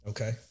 Okay